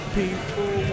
people